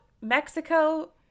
Mexico